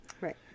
Right